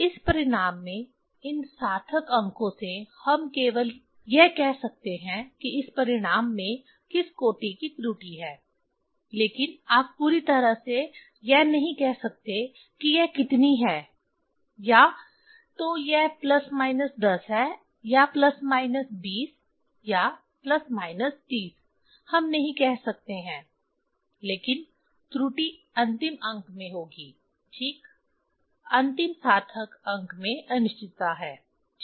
इस परिणाम से इन सार्थक अंकों से हम केवल यह कह सकते हैं कि इस परिणाम में किस कोटि की त्रुटि है लेकिन आप पूरी तरह से यह नहीं कह सकते हैं कि यह कितनी है या तो यह प्लस माइनस 10 है या प्लस माइनस 20 या प्लस माइनस 30 हम नहीं कह सकते हैं लेकिन त्रुटि अंतिम अंक में होगी ठीक अंतिम सार्थक अंक में अनिश्चितता है ठीक